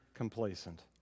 complacent